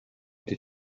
did